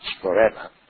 forever